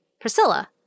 Priscilla